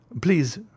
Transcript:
please